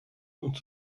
und